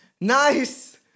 nice